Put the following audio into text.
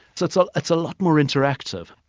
so so it's a lot more interactive.